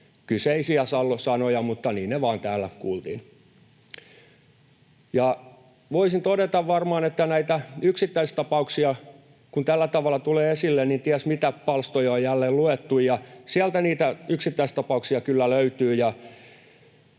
kyseisiä sanoja, mutta niin ne vaan täällä kuultiin. Voisin todeta varmaan, että kun näitä yksittäistapauksia tällä tavalla tulee esille, niin ties mitä palstoja on jälleen luettu, ja sieltä niitä yksittäistapauksia kyllä löytyy.